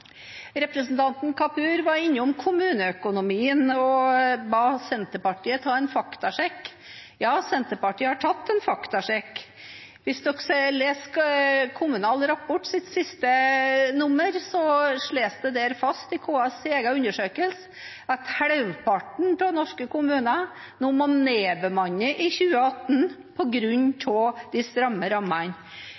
Representanten Kapur var innom kommuneøkonomien og ba Senterpartiet ta en faktasjekk. Ja, Senterpartiet har tatt en faktasjekk. Hvis dere leser siste nummer av Kommunal Rapport, slås det der fast i KS’ egen undersøkelse at halvparten av norske kommuner nå må nedbemanne i 2018 på grunn